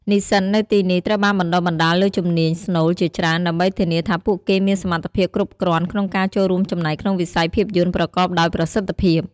និស្សិតនៅទីនេះត្រូវបានបណ្ដុះបណ្ដាលលើ ជំនាញស្នូល ជាច្រើន ដើម្បីធានាថាពួកគេមានសមត្ថភាពគ្រប់គ្រាន់ក្នុងការចូលរួមចំណែកក្នុងវិស័យភាពយន្តប្រកបដោយប្រសិទ្ធភាព។